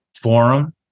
forum